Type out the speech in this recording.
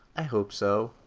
i hope so.